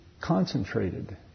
concentrated